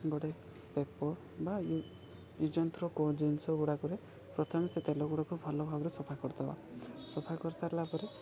ଗୋଟେ ବା use and throw ଜିନିଷ ଗୁଡ଼ାକରେ ପ୍ରଥମେ ସେ ତେଲ ଗୁଡ଼ାକୁ ଭଲ ଭାବରେ ସଫା କରିଦବା ସଫା କରିସାରିଲା ପରେ